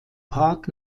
park